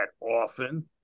often